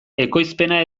ekoizpena